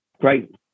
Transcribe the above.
great